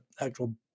actual